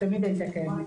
תמיד הייתה קיימת,